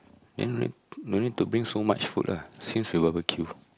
then no ne~ no need to bring so much food lah since you barbeque